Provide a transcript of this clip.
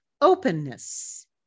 openness